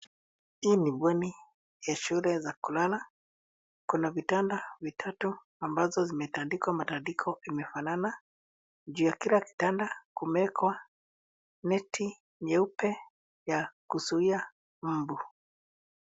Hii ni bweni ya shule za kulala. Kuna vitanda vitatu ambazo zimetandikwa matandiko imefanana. Juu ya kila kitanda kumewekwa neti nyeupe ya kuzuia mbu.